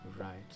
Right